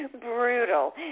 brutal